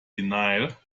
denial